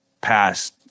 past